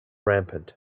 rampant